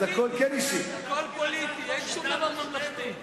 הכול פוליטי, אין שום דבר ממלכתי.